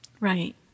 Right